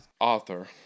Author